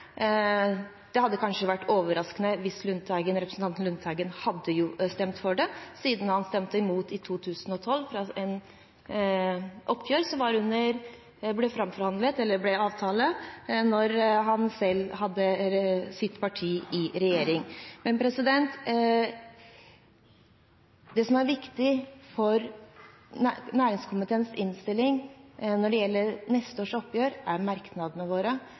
Det hadde kanskje vært overraskende hvis representanten Lundteigen hadde stemt for det, siden han stemte imot i 2012, da det gjaldt et oppgjør som ble fremforhandlet og ble avtale da han selv hadde sitt parti i regjering. Det som er viktig for næringskomiteens innstilling når det gjelder neste års oppgjør, er merknadene våre.